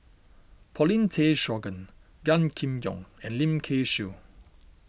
Paulin Tay Straughan Gan Kim Yong and Lim Kay Siu